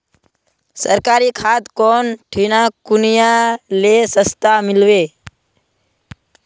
सरकारी खाद कौन ठिना कुनियाँ ले सस्ता मीलवे?